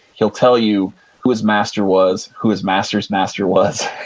he'll tell you who his master was, who his master's master was,